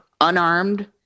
unarmed